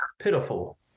pitiful